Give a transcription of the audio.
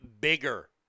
bigger